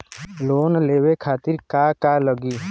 Loan लेवे खातीर का का लगी?